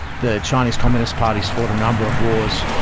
the chinese communist party fought a number of wars,